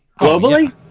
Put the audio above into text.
globally